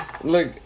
look